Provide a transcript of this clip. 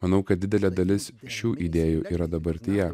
manau kad didelė dalis šių idėjų yra dabartyje